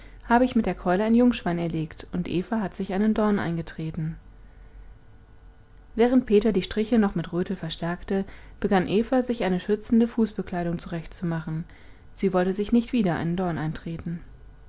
habe ich mit der keule ein jungschwein erlegt und eva hat sich einen dorn eingetreten während peter die striche noch mit rötel verstärkte begann eva sich eine schützende fußbekleidung zurechtzumachen sie wollte sich nicht wieder einen dorn eintreten